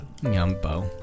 Yumbo